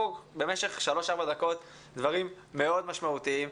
במשך שלוש-ארבע דקות דברים מאוד משמעותיים.